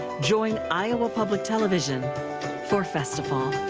join iowa public television for festifall.